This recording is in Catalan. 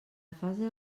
fase